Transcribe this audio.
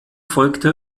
folgte